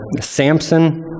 Samson